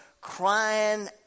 crying